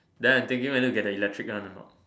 then I thinking whether to get the electric one a not